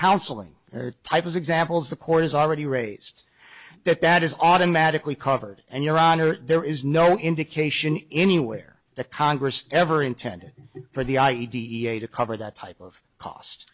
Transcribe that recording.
counseling or type as examples the court has already raised that that is automatically covered and your honor there is no indication anywhere that congress ever intended for the i e d e a to cover that type of cost